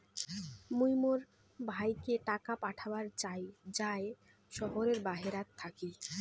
মুই মোর ভাইকে টাকা পাঠাবার চাই য়ায় শহরের বাহেরাত থাকি